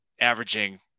averaging